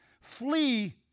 Flee